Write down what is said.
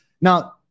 Now